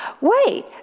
wait